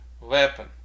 weapon